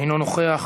אינו נוכח,